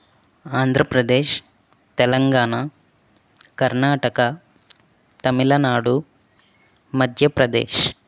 Andhra Pradesh Telangana Karnataka Tamil Nadu Madhya Pradesh